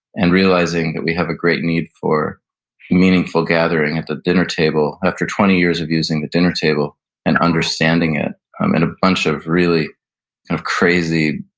and realizing that we have a great need for meaningful gathering at the dinner table. after twenty years of using the dinner table and understanding it, i met a bunch of really kind of crazy,